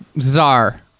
czar